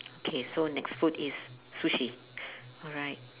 okay so next food is sushi alright